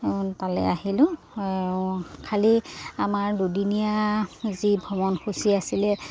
তালৈ আহিলোঁ খালী আমাৰ দুদিনীয়া যি ভ্ৰমণ সুচি আছিলে